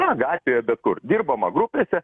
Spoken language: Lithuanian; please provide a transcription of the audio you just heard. na gatvėje bet kur dirbama grupėse